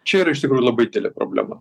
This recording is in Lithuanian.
čia yra iš tikrųjų labai didelė problema